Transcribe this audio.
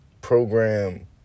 program